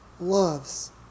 loves